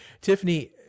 Tiffany